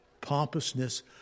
pompousness